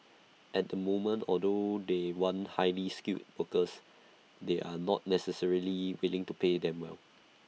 at the moment although they want highly skilled workers they are not necessarily willing to pay them well